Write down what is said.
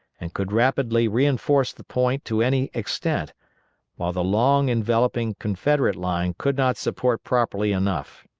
and could rapidly reinforce the point to any extent while the long enveloping confederate line could not support promptly enough.